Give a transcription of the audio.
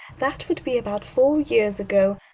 that would be about four years ago.